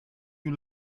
you